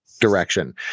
direction